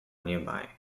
nearby